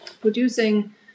producing